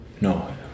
No